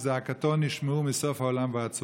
וזעקתו נשמעה מסוף העולם ועד סופו.